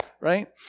right